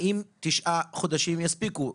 האם תשעה חודשים יספיקו?